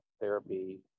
therapy